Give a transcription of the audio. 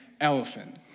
elephant